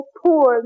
poor